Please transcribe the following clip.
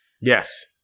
Yes